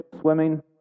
swimming